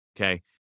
Okay